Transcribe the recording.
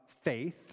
faith